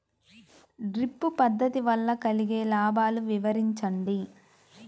Drip పద్దతి వల్ల కలిగే లాభాలు వివరించండి?